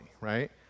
right